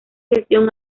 gestión